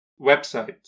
website